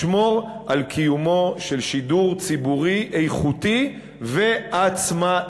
לשמור על קיומו של שידור ציבורי איכותי ועצמאי.